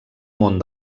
món